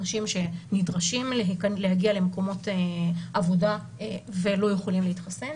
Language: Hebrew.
אנשים שנדרשים להגיע למקומות עבודה ולא יכולים להתחסן,